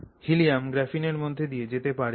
helium গ্রাফিনের মধ্যে দিয়ে যেতে পারে না